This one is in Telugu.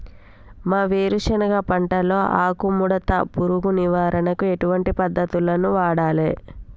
మా వేరుశెనగ పంటలో ఆకుముడత పురుగు నివారణకు ఎటువంటి పద్దతులను వాడాలే?